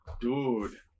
Dude